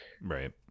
right